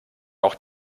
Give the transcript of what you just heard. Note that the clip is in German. auch